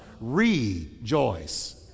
rejoice